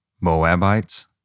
Moabites